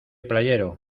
playero